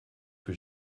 que